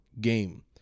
game